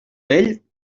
vell